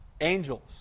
Angels